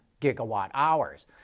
gigawatt-hours